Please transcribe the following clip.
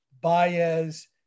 Baez